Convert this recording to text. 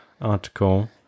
article